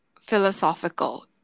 philosophical